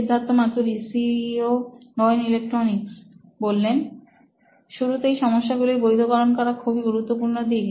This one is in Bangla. Siddharth Maturi C E O নোইন ইলেক্ট্রনিক্স শুরুতেই সমস্যাগুলোর বৈধকারণ করা খুবই গুরুত্বপূর্ণ দিক